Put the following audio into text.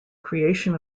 creation